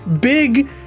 big